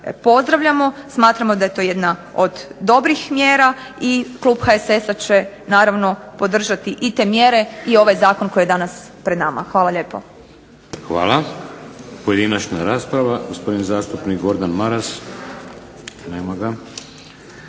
pozdravljamo, smatramo da je to jedna od dobrih mjera i klub HSS-a će naravno podržati i te mjere, i ovaj zakon koji je danas pred nama. Hvala lijepo. **Šeks, Vladimir (HDZ)** Hvala. Pojedinačna rasprava, gospodin zastupnik Gordan Maras. Nema ga.